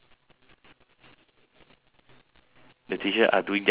but confirm the discipline master confirm headache [one] ah